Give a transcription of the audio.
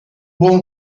buon